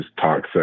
toxic